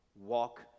Walk